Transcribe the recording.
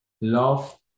love